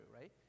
right